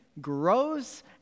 grows